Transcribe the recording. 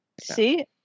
See